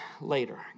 later